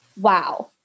Wow